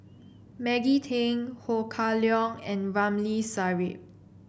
Maggie Teng Ho Kah Leong and Ramli Sarip